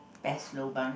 best lobang